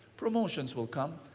promotions will come,